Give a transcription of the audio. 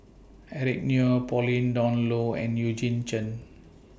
Eric Neo Pauline Dawn Loh and Eugene Chen